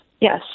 Yes